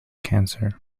cancer